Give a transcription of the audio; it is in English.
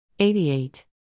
88